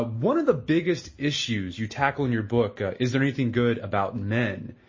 ah one of the biggest issues you tackle in your book, is there anything good about men?